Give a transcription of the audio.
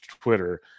Twitter